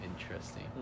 interesting